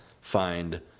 find